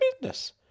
business